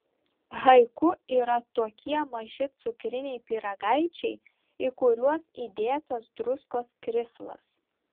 haiku yra tokie maži cukriniai pyragaičiai į kuriuos įdėtas druskos krislas